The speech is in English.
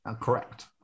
Correct